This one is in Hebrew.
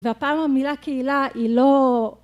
והפעם המילה קהילה היא לא...